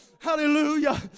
hallelujah